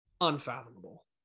unfathomable